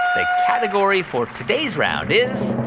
the category for today's round is.